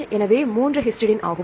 எனவே 3 ஹிஸ்டைடின் ஆகும்